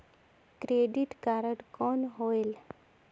Credit card कौन होएल?